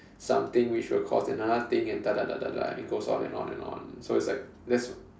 something which will cause another thing and da da da da da it goes on and on and on so it's like that's